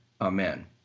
amen